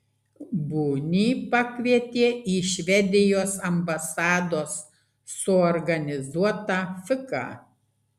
bunį pakvietė į švedijos ambasados suorganizuotą fiką